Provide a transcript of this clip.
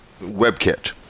WebKit